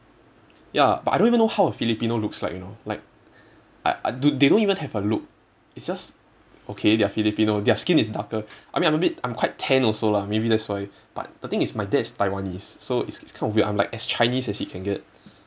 ya but I don't even know how a filipino looks like you know like a~ they don't even have a look it's just okay they're filipino their skin is darker I mean I'm a bit I'm quite tan also lah maybe that's why but the thing is my dad is taiwanese so it's it's kind of weird I'm like as chinese as it can get